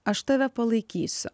aš tave palaikysiu